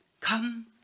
come